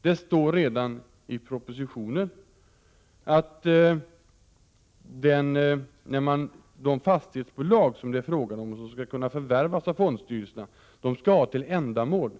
Det står i propositionen att de fastighetsbolag som det är fråga om och som skall kunna förvärvas av fondstyrelserna skall ha till ändamål